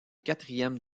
quatrième